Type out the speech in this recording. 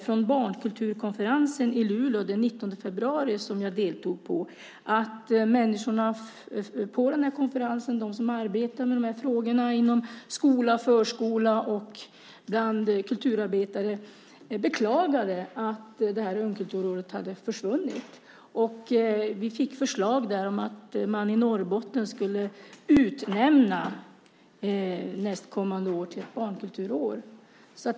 Från Barnkulturkonferensen i Luleå den 19 februari där jag deltog vill jag bara förmedla att människorna på den konferensen - de som arbetar med sådana här frågor inom skola och förskola och kulturarbetare - beklagade att ungkulturåret försvunnit. I Norrbotten fick vi förslaget om att utnämna nästa år till ett barnkulturår.